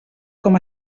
com